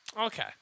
Okay